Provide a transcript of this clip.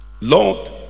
Lord